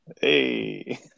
Hey